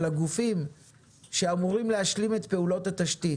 הגופים שאמורים להשלים את פעולות התשתית,